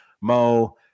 Mo